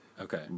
Okay